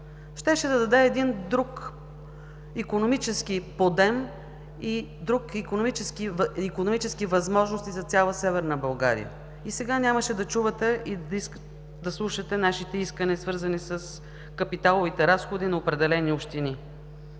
щеше да даде един друг икономически подем и други икономически възможности за цяла Северна България. И сега нямаше да слушате нашите искания, свързани с капиталовите разходи на определени общини.